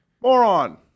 moron